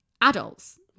adults